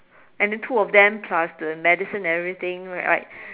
and then two of them plus the medicine and everything right